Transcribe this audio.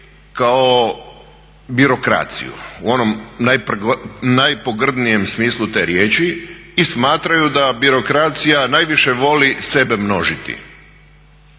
kao birokraciju u onom najpogrdnijem smislu te riječi i smatraju da birokracija najviše voli sebe množiti.